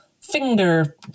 finger